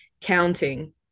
counting